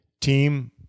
team